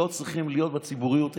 לא צריכים להיות בציבוריות הישראלית,